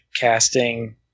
casting